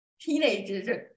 teenagers